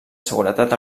seguretat